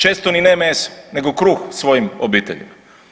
Često ni ne meso, nego kruh svojim obiteljima.